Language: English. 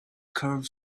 curved